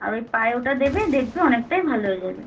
আর ওই পায়ে ওটা দেবে দেখবে অনেকটাই ভালো হয়ে যাবে